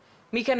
חינוכיות,